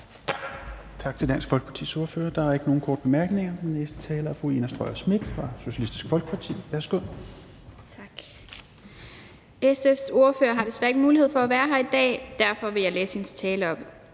SF's ordfører har desværre ikke mulighed for at være her i dag. Derfor vil jeg læse hendes tale op.